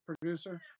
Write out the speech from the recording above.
producer